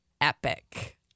epic